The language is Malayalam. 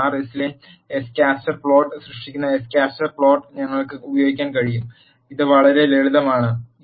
ആർ എന്നിലെ സ് കാറ്റർ പ്ലോട്ട് സൃഷ്ടിക്കുന്ന സ് കാറ്റർ പ്ലോട്ട് ഞങ്ങൾക്ക് ഉപയോഗിക്കാൻ കഴിയും ഇത് വളരെ ലളിതമാണ്